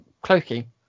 cloaking